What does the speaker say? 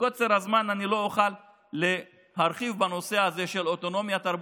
מקוצר הזמן אני לא אוכל להרחיב בנושא הזה של אוטונומיה תרבותית,